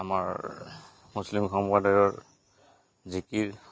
আমাৰ মুছলিম সম্প্ৰদায়ৰ জিকিৰ